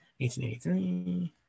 1883